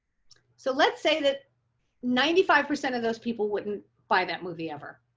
so let's say that ninety five percent of those people wouldn't buy that movie ever,